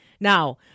Now